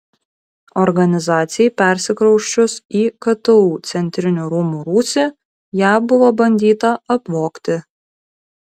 organizacijai persikrausčius į ktu centrinių rūmų rūsį ją buvo bandyta apvogti